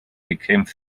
became